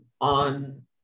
on